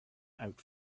out